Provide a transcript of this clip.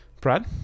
Brad